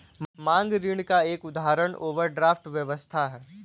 मांग ऋण का एक उदाहरण ओवरड्राफ्ट व्यवस्था है